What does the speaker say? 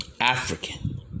African